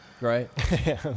Right